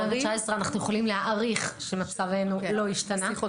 מ-2019 אנחנו יכולים להעריך שמצבנו לא השתנה.